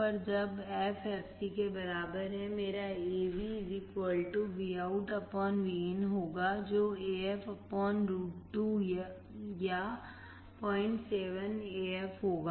पर जब f fc के बराबर है मेरा AV Vout Vin होगा जो AF root या 07 AF होगा